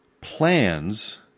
plans